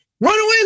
runaway